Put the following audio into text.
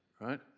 right